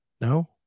No